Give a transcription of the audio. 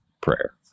prayer